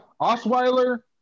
Osweiler